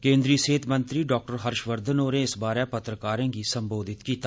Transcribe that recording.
केन्द्री सेह्त मंत्री डॉ हर्ष वर्धन होरें इस बारे पत्रकारें गी संबोधत कीता